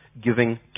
giving